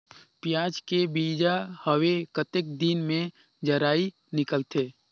पियाज के बीजा हवे कतेक दिन मे जराई निकलथे?